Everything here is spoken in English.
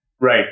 Right